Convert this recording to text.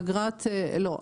לא.